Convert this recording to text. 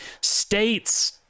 States